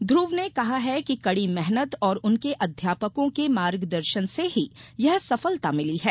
ध्र्व ने कहा है कि कड़ी मेहनत और उनके अध्यापकों के मार्गदर्शन से ही यह सफलता मिली है